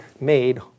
made